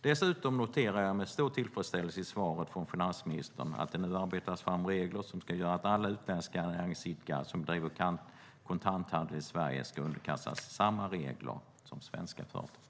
Dessutom noterar jag med stor tillfredsställelse i svaret från finansministern att det nu arbetas fram regler som ska göra att alla utländska näringsidkare som bedriver kontanthandel i Sverige ska underkastas samma regler som svenska företag.